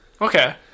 okay